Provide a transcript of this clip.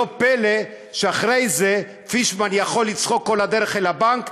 לא פלא שאחרי זה פישמן יכול לצחוק כל הדרך אל הבנק,